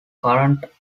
current